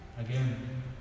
Again